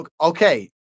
okay